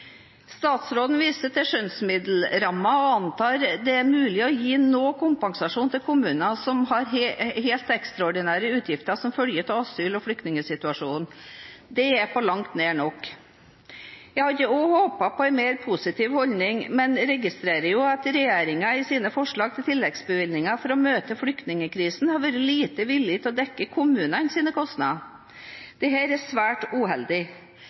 Statsråden viser til skjønnsmiddelrammen og antar det er mulig å gi noe kompensasjon til kommuner som har helt ekstraordinære utgifter som følge av asyl- og flyktningsituasjonen. Det er ikke på langt nær nok. Jeg hadde håpet på en mer positiv holdning, men registrerer jo at regjeringen i sine forslag til tilleggsbevilgninger for å møte flyktningkrisen har vært lite villige til å dekke kommunenes kostnader. Dette er svært uheldig.